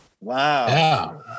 Wow